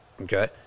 Okay